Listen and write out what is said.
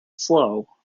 slow